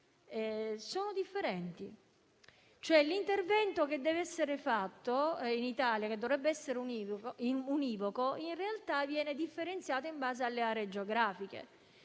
sono differenti e l'intervento che deve essere fatto in Italia e che dovrebbe essere univoco in realtà viene differenziato in base alle aree geografiche.